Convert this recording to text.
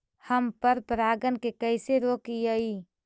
हम पर परागण के कैसे रोकिअई?